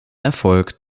erfolg